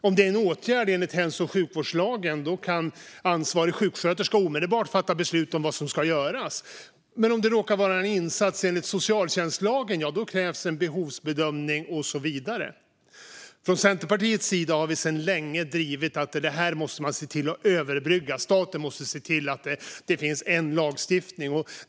För en åtgärd enligt hälso och sjukvårdslagen kan ansvarig sjuksköterska omedelbart fatta beslut om vad som ska göras. Men om det råkar vara en insats enligt socialtjänstlagen krävs en behovsbedömning, och så vidare. Centerpartiet har länge drivit att detta måste överbryggas. Staten måste se till att det finns en lagstiftning.